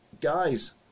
Guys